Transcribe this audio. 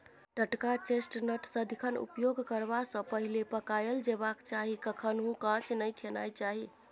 टटका चेस्टनट सदिखन उपयोग करबा सँ पहिले पकाएल जेबाक चाही कखनहुँ कांच नहि खेनाइ चाही